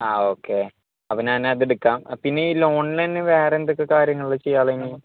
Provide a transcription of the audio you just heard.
ആ ഓക്കെ അപ്പോൾ ഞാനതെടുക്കാം പിന്നെയീ ലോണിന്നന്നെ വേറെന്തൊക്കെ കാര്യങ്ങൾ ചെയ്യാനുള്ളത് നിങ്ങൾ